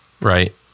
right